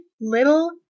Little